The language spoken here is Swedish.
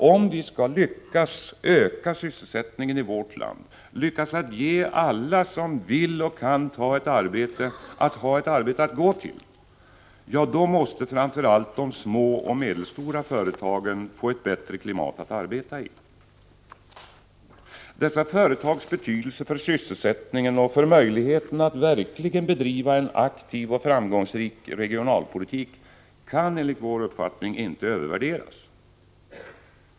Om vi skall lyckas öka sysselsättningen i vårt land — att alla som vill ha och kan ta ett arbete skall ha ett arbete att gå till — måste enligt vår uppfattning framför allt de små och medelstora företagen få ett bättre klimat att arbeta i. Dessa företags betydelse för sysselsättningen och för möjligheterna att verkligen bedriva en aktiv och framgångsrik regionalpolitik kan enligt vår uppfattning inte övervärderas.